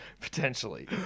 Potentially